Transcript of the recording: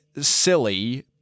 silly